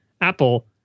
Apple